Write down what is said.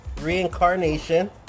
reincarnation